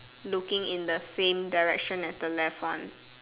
looking in the same direction as the left one